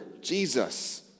Jesus